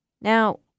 Now